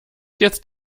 jetzt